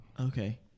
Okay